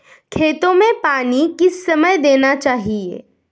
खेतों में पानी किस समय देना चाहिए?